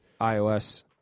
iOS